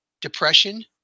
depression